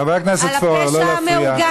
חבר הכנסת פורר, לא להפריע.